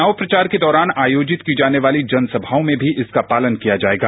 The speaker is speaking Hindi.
चुनाव प्रचार के दौरान आयोजित की जाने वाली जनसभाओं में भी इसका पालन किया जाएगा